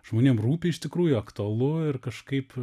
žmonėm rūpi iš tikrųjų aktualu ir kažkaip